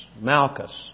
Malchus